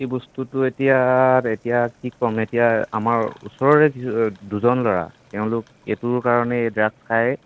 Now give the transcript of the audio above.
সেই বস্তুটো এতিয়া এতিয়া কি ক'ম এতিয়া আমাৰ ওচৰৰে দুজন ল'ৰা তেওঁলোক এইটোৰ কাৰণে ড্ৰাগছ খাই